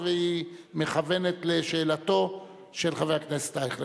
והיא מכוונת לשאלתו של חבר הכנסת אייכלר.